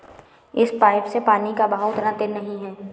इस पाइप से पानी का बहाव उतना तेज नही है